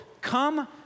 come